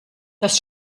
dass